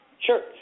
Sure